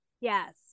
Yes